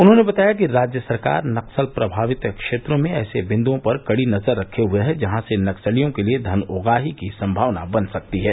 उन्होंने बताया कि राज्य सरकार नक्सल प्रमावित क्षेत्रों में ऐसे बिन्द्ओं पर कड़ी नजर रखे हये है जहां से नक्सलियों के लिये धन उगाही की सम्मावना बन सकती है